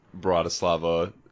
Bratislava